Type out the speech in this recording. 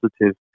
positive